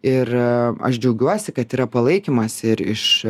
ir aš džiaugiuosi kad yra palaikymas ir iš